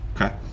Okay